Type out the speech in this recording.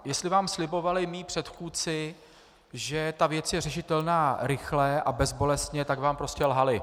Jestli vám slibovali mí předchůdci, že ta věc je řešitelná rychle a bezbolestně, tak vám prostě lhali.